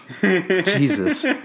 Jesus